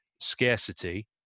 scarcity